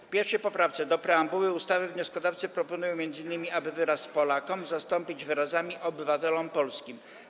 W 1. poprawce do preambuły ustawy wnioskodawcy proponują m.in., aby wyraz „Polakom” zastąpić wyrazami „obywatelom polskim”